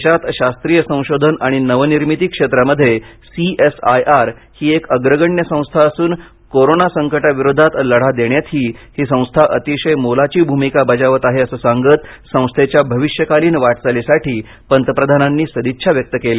देशात शास्त्रीय संशोधन आणि नवनिर्मिती क्षेत्रामध्ये सीएसआयआर ही एक अग्रगण्य संस्था असून कोरोना संकटा विरोधात लढा देण्यातही ही संस्था अतिशय मोलाची भूमिका बजावत आहे असं सांगत संस्थेच्या भविष्यकालीन वाटचालीसाठी पंतप्रधानांनी सदिच्छा व्यक्त केल्या